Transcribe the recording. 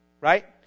right